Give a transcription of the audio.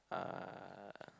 uh